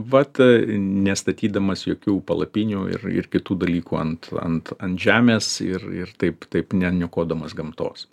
vat nestatydamas jokių palapinių ir ir kitų dalykų ant ant ant žemės ir ir taip taip neniokodamas gamtos